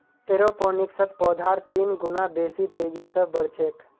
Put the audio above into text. एरोपोनिक्सत पौधार तीन गुना बेसी तेजी स बढ़ छेक